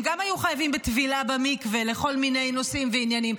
הם גם היו חייבים בטבילה במקווה לכל מיני נושאים ועניינים.